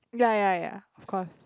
ya ya ya of course